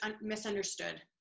misunderstood